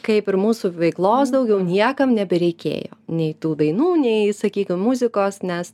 kaip ir mūsų veiklos daugiau niekam nebereikėjo nei tų dainų nei sakykim muzikos nes